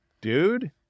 dude